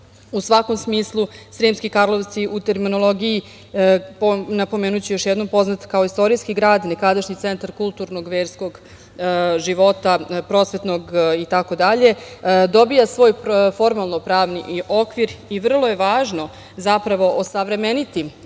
u svakom smislu, Sremski Karlovci, u terminologiji, napomenuću još jednom, poznat kao istorijski grad i nekadašnji centar kulturnog, verskog života, prosvetnog itd. dobijaju svoj formalno-pravni okvir i vrlo je važno zapravo osavremeniti